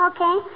Okay